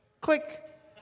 Click